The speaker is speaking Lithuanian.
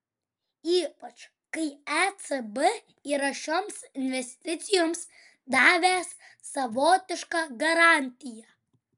ypač kai ecb yra šioms investicijoms davęs savotišką garantiją